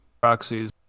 proxies